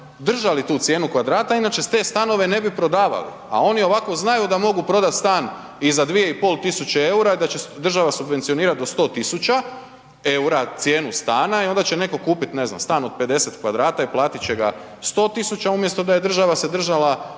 držali tu cijenu kvadrata inače te stanove ne bi prodavali, a oni ovako znaju da mogu prodati stan i za 2.500 EUR-a i da će država subvencionirati do 100.000 EUR-a cijenu stana i onda će netko kupit ne znam stan od 50 kvadrata i platit će ga 100.000 tisuća umjesto da je država se držala,